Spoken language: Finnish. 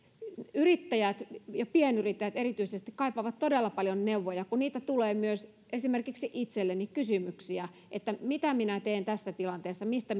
yrittäjät ja pienyrittäjät erityisesti kaipaavat todella paljon neuvoja kun tulee myös esimerkiksi itselleni kysymyksiä mitä minä teen tässä tilanteessa mistä